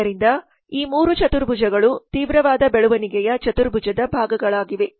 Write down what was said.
ಆದ್ದರಿಂದ ಈ 3 ಚತುರ್ಭುಜಗಳು ತೀವ್ರವಾದ ಬೆಳವಣಿಗೆಯ ಚತುರ್ಭುಜದ ಭಾಗಗಳಾಗಿವೆ